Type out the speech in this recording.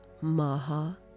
Maha